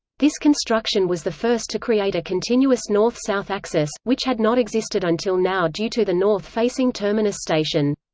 this construction was the first to create a continuous north-south axis, which had not existed until now due to the north-facing terminus station.